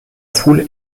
foule